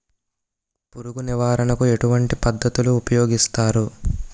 పురుగు నివారణ కు ఎటువంటి పద్ధతులు ఊపయోగిస్తారు?